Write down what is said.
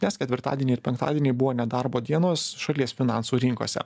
nes ketvirtadienį ir penktadienį buvo nedarbo dienos šalies finansų rinkose